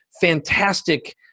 fantastic